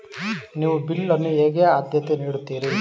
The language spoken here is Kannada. ನೀವು ಬಿಲ್ ಅನ್ನು ಹೇಗೆ ಆದ್ಯತೆ ನೀಡುತ್ತೀರಿ?